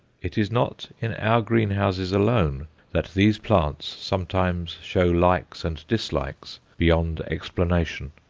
it is not in our greenhouses alone that these plants sometimes show likes and dislikes beyond explanation.